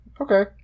Okay